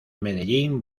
medellín